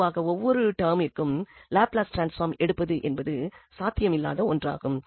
பொதுவாக ஒவ்வொரு டெர்மிற்கும் லாப்லஸ் டிரான்ஸ்பாம் எடுப்பது என்பது சாத்தியம் இல்லாத ஒன்றாகும்